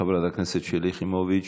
חברת הכנסת שלי יחימוביץ.